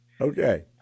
Okay